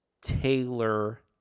Taylor